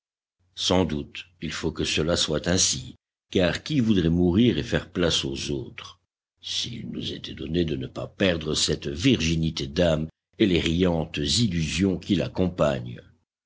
sans doute il faut que cela soit ainsi car qui voudrait mourir et faire place aux autres s'il nous était donné de ne pas perdre cette virginité d'âme et les riantes illusions qui l'accompagnent